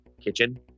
kitchen